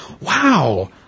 Wow